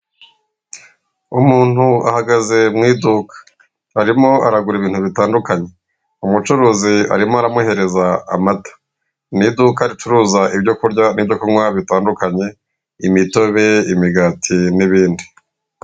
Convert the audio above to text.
Umuntu ahagaze mu iduka, arimo aragura ibintu bitandukanye, umucuruzi arimo aramuhereza amata. Ni iduka ricuruza ibyo kurya n'ibyo kunywa bitandukanye, imitobe, imigati n'ibindi.